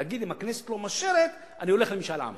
להגיד: אם הכנסת לא מאשרת אני הולך למשאל עם.